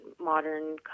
modern